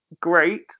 great